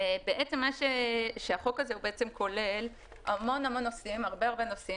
החוק הזה כולל הרבה נושאים.